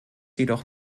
jedoch